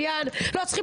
לא צריכים לבוא לבניין,